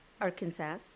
Arkansas